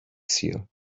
sul